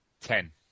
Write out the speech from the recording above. Ten